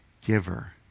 giver